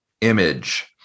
image